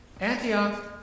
Antioch